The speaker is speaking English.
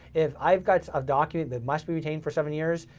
if i've got a document that must be retained for seven years,